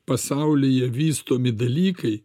pasaulyje vystomi dalykai